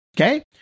okay